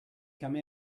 come